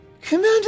Commander